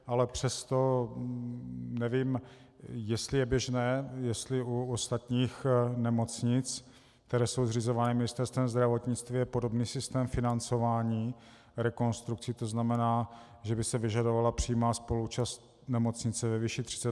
Ale přesto nevím, jestli je běžné, jestli u ostatních nemocnic, které jsou zřizovány Ministerstvem zdravotnictví, je podobný systém financování rekonstrukcí, tzn. že by se vyžadovala přímá spoluúčast nemocnice ve výši 30 %.